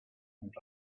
and